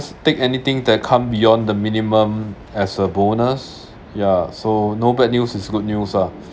take anything that come beyond the minimum as a bonus ya so no bad news is good news ah